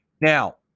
now